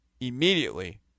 immediately